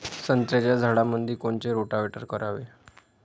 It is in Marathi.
संत्र्याच्या झाडामंदी कोनचे रोटावेटर करावे?